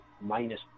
minus